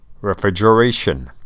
Refrigeration